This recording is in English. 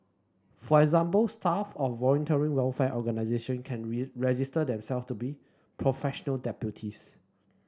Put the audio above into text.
for example staff of voluntary welfare organisation can register themself to be professional deputies